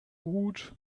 gut